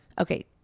okay